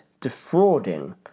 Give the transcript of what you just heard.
defrauding